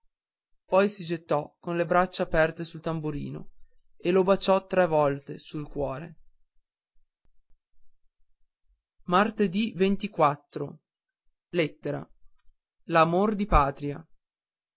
poi si gettò con le braccia aperte sul tamburino e lo baciò tre volte sul cuore l'amor di patria